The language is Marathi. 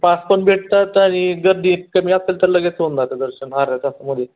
पास पण भेटतात आणि गर्दी कमी असंल तर लगेच होऊन जातं आहे दर्शन अर्ध्या तासामध्ये